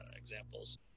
examples